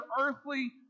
earthly